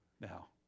Now